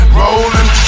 rolling